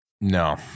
No